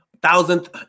Thousand